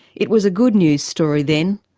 it was a good news story then,